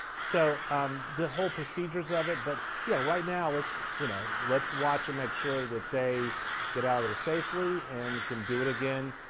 so um the whole procedures of it, but yeah right now, let's you know let's watch and make sure that they get out of there safely and can do it again